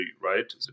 right